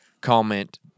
Comment